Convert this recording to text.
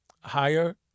higher